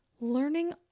learning